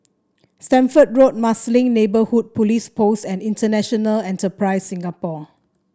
Stamford Road Marsiling Neighbourhood Police Post and International Enterprise Singapore